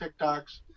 tiktoks